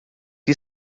que